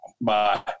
Bye